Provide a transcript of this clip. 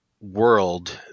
world